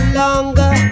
longer